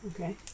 Okay